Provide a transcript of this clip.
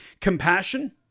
Compassion